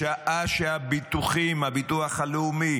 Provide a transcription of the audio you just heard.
בשעה שהביטוחים, הביטוח הלאומי